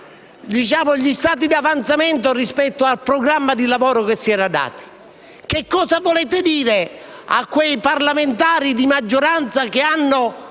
degli stati di avanzamento rispetto al programma di lavoro che si era dato. Cosa volete dire a quei parlamentari di maggioranza che hanno